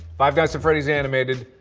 five nights at freddy's animated,